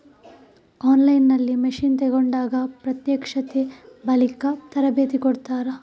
On line ನಲ್ಲಿ machine ತೆಕೋಂಡಾಗ ಪ್ರತ್ಯಕ್ಷತೆ, ಬಳಿಕೆ, ತರಬೇತಿ ಕೊಡ್ತಾರ?